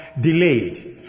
delayed